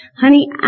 Honey